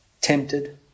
tempted